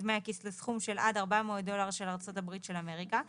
דמי הכיס לסכום של עד 400 דולר של ארצות הברית של אמריקה,